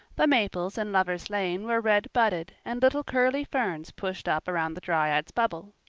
the maples in lover's lane were red budded and little curly ferns pushed up around the dryad's bubble.